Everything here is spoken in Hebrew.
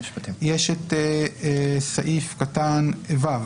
יש את סעיף קטן (ו).